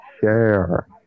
share